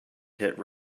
hit